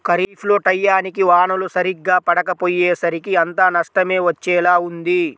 ఖరీఫ్ లో టైయ్యానికి వానలు సరిగ్గా పడకపొయ్యేసరికి అంతా నష్టమే వచ్చేలా ఉంది